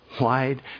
wide